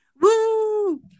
Woo